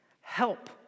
help